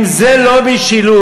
אם זה לא משילות,